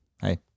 hey